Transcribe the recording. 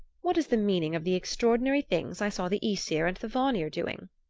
what is the meaning of the extraordinary things i saw the aesir and the vanir doing?